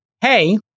Hey